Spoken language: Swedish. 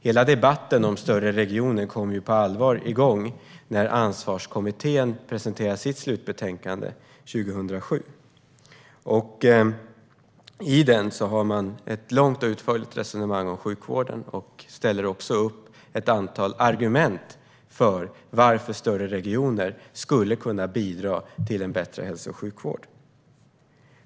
Hela debatten om större regioner kom ju igång på allvar när Ansvarskommittén presenterade sitt slutbetänkande 2007. Där har man ett långt och utförligt resonemang om sjukvården och ställer upp ett antal argument för att större regioner skulle kunna bidra till en bättre hälso och sjukvård.